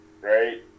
right